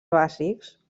bàsics